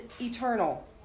eternal